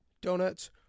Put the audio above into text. donuts